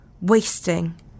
wasting